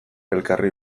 elkarri